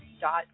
dot